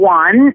one